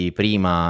prima